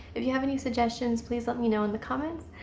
if you have any suggestions please let me know in the comments.